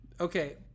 Okay